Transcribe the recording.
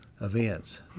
events